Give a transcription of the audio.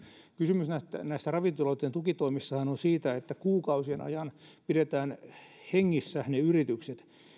kysymyshän näissä ravintoloiden tukitoimissa on on siitä että kuukausien ajan pidetään ne yritykset hengissä